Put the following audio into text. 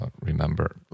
Remember